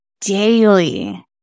daily